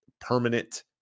permanent